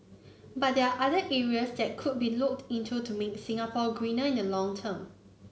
but there are other areas that could be looked into to make Singapore greener in the long term